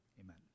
amen